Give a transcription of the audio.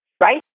right